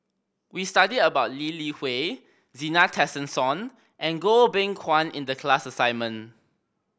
we studied about Lee Li Hui Zena Tessensohn and Goh Beng Kwan In the class assignment